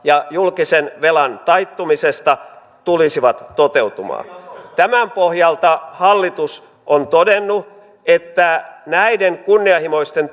ja julkisen velan taittumisesta tulisivat toteutumaan tämän pohjalta hallitus on todennut että näiden kunnianhimoisten